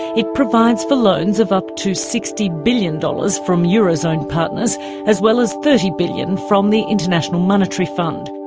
it provides for loans of up to sixty billion dollars from euro zone partners as well as thirty billion dollars from the international monetary fund.